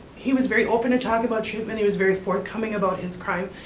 he was very open to talk about treatment, he was very forthcoming about his crime.